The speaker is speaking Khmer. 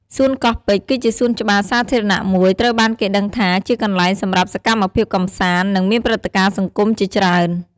សួនកោះពេជ្រ គឺជាសួនច្បារសាធារណៈមួយត្រូវបានគេដឹងថាជាកន្លែងសម្រាប់សកម្មភាពកម្សាន្ត និង មានព្រឹត្តិការណ៍សង្គមជាច្រើន។